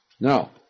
Now